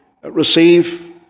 receive